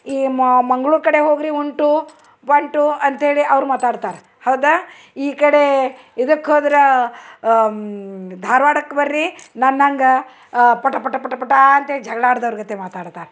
ಈ ಮಂಗ್ಳೂರು ಕಡೆ ಹೋಗಿರಿ ಉಂಟು ಬಂಟು ಅಂತೇಳಿ ಅವ್ರು ಮಾತಾಡ್ತಾರೆ ಹೌದಾ ಈ ಕಡೆ ಇದಕ್ಕೆ ಹೋದ್ರೆ ಧಾರ್ವಾಡಕ್ಕೆ ಬನ್ರೀ ನನ್ನಂಗೆ ಪಟ ಪಟ ಪಟ ಪಟ ಅಂತೇಳಿ ಜಗಳ ಆಡ್ದೋರ ಗತೆ ಮಾತಾಡ್ತಾರೆ